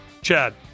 Chad